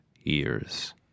years